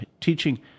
teaching